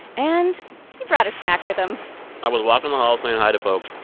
and he brought a snack with him i was walking the halls saying hi to folks,